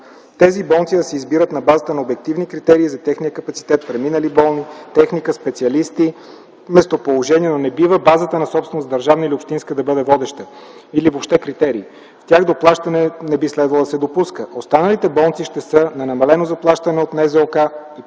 Тези болници да се избират на база на обективни критерии за техния капацитет – преминали болни, техника, специалисти, местоположение, но не бива базата на собственост – държавна или общинска, да бъде водеща или въобще критерий. В тях доплащане не би следвало да се допуска. Останалите болници ще са на намалено заплащане от НЗОК,